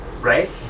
right